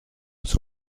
his